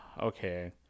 okay